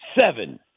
Seven